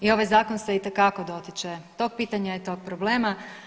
I ovaj zakon se itekako dotiče tog pitanja i tog problema.